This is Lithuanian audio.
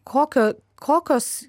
kokio kokios